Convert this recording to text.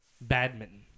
badminton